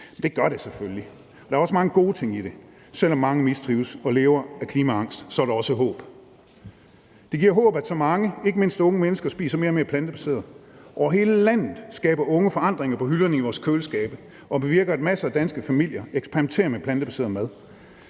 Det gør det selvfølgelig, og der er også mange gode ting i det. Selv om mange mistrives og lever i klimaangst, er der også håb. Det giver håb, at så mange, ikke mindst unge mennesker, spiser mere og mere plantebaseret. Over hele landet skaber unge forandringer på hylderne i vores køleskabe og bevirker, at masser af danske familier eksperimenterer med plantebaseret mad.